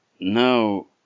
Now